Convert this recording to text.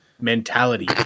mentality